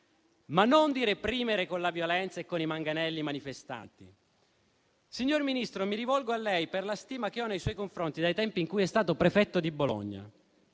ma non di reprimere con la violenza e con i manganelli i manifestanti. Signor Ministro, mi rivolgo a lei per la stima che ho nei suoi confronti dai tempi in cui è stato prefetto di Bologna.